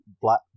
black